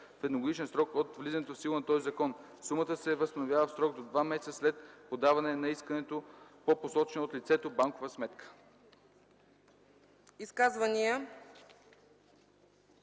в едногодишен срок от влизането в сила на този закон. Сумата се възстановява в срок до два месеца след подаване на искането по посочена от лицето банкова сметка.”